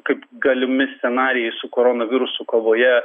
kaip galimi scenarijai su koronavirusu kovoje